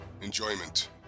enjoyment